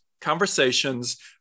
conversations